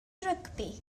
rygbi